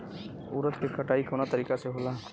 उरद के कटाई कवना तरीका से होला?